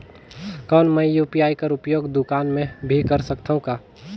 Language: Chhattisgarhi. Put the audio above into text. कौन मै यू.पी.आई कर उपयोग दुकान मे भी कर सकथव का?